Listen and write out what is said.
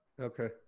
okay